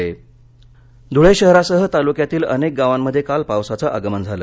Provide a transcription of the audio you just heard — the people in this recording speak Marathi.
पाऊस धळे धूळे शहरासह तालुक्यातील अनेक गावांमध्ये काल पावसाचं आगमन झालं